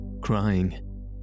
crying